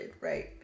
right